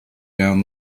down